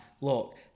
look